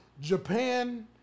Japan